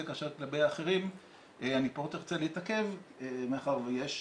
כאשר לגבי האחרים אני פחות רוצה להתעכב מאחר שיש